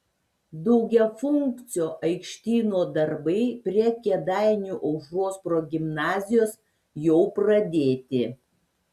daugiafunkcio aikštyno darbai prie kėdainių aušros progimnazijos jau pradėti